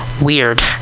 weird